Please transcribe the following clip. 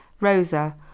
Rosa